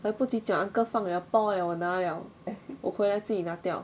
来不及讲 uncle 放 liao 包 liao 我拿 liao 我回来自己拿掉